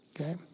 Okay